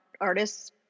artists